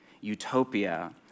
Utopia